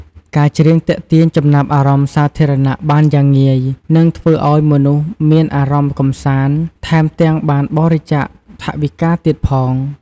ការច្រៀងទាក់ទាញចំណាប់អារម្មណ៍សាធារណៈបានយ៉ាងងាយ និងធ្វើឱ្យមនុស្សមានអារម្មណ៍កម្សាន្ត ថែមទាំងបានបរិច្ចាគថវិការទៀតផង។